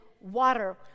water